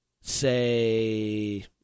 Say